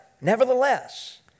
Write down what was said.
nevertheless